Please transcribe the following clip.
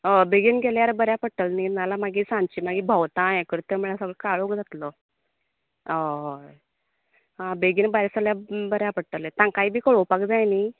हय बेगीन गेल्यार बऱ्या पडटले न्ही नाल्यार सांचे मागीर भोंवता हे करता म्हणळ्यार सामको काळोख जातलो ह हय बेगीन भायर सल्ल्यार बऱ्या पडटले तांकांय बी कळोवपा न्ही